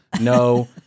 no